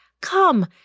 Come